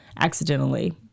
accidentally